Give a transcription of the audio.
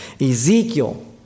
Ezekiel